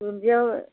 दुन्दिया